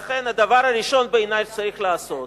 לכן, בעיני, הדבר הראשון שצריך לעשות: